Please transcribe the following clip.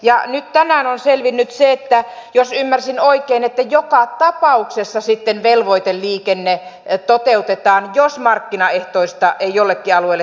ja nyt tänään on selvinnyt jos ymmärsin oikein että joka tapauksessa sitten velvoiteliikenne toteutetaan jos markkinaehtoista ei jollekin alueelle tule